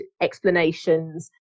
explanations